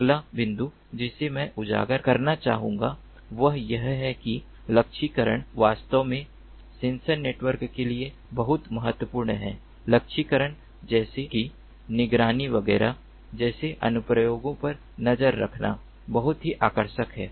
अगला बिंदु जिसे मैं उजागर करना चाहूंगा वह यह है कि लक्ष्यीकरण वास्तव में सेंसर नेटवर्क के लिए बहुत महत्वपूर्ण है लक्ष्यीकरण जैसे कि निगरानी वगैरह जैसे अनुप्रयोगों पर नज़र रखना बहुत ही आकर्षक है